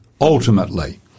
Ultimately